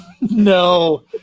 No